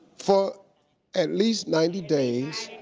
for at least ninety days.